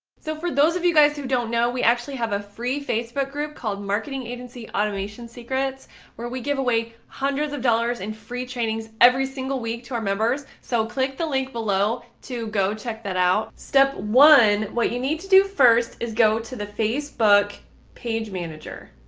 so for those of you guys who don't know, we actually have a free facebook group called marketing agency automation secrets where we give away hundreds of dollars in free trainings every single week to our members. so click the link below to go check that out. step one, what you need to do first is go to the facebook page manager.